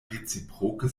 reciproke